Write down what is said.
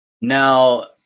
Now